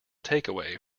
takeaway